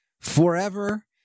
forever